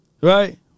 right